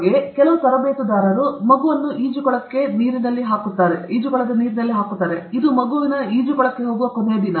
ಹಾಗೆ ಕೆಲವು ತರಬೇತುದಾರರು ಈ ಮಗುವನ್ನು ಈಜುಕೊಳಕ್ಕೆ ನೀರಿನಲ್ಲಿ ಹಾಕುತ್ತಾರೆ ಇದು ಮಗುವಿನ ಈಜು ಕೊಳಕ್ಕೆ ಹೋಗುವ ಕೊನೆಯ ದಿನ